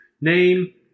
name